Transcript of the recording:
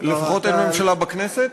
לפחות אין ממשלה בכנסת.